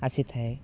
ଆସିଥାଏ